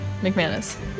McManus